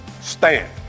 stand